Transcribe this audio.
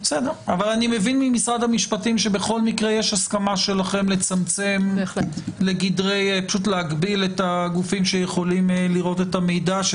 שבכל מקרה יש הסכמה שלכם להגביל את הגופים שיכולים לראות את המידע.